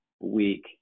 week